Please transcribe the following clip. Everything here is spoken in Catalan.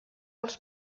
els